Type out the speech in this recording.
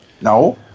no